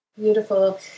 Beautiful